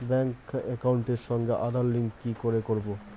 Bank একাউন্টের সঙ্গে Aadhaar link কি করে করবো?